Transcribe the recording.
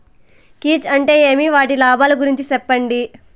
కీచ్ అంటే ఏమి? వాటి లాభాలు గురించి సెప్పండి?